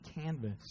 canvas